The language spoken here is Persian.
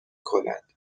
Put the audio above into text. کند